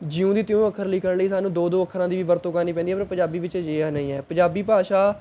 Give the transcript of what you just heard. ਜਿਉਂ ਦੀ ਤਿਉਂ ਅੱਖਰ ਲਿਖਣ ਲਈ ਸਾਨੂੰ ਦੋ ਦੋ ਅੱਖਰਾਂ ਦੀ ਵਰਤੋਂ ਕਰਨੀ ਪੈਂਦੀ ਹੈ ਪਰ ਪੰਜਾਬੀ ਵਿੱਚ ਅਜਿਹਾ ਨਹੀਂ ਹੈ ਪੰਜਾਬੀ ਭਾਸ਼ਾ